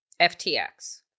FTX